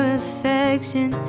affection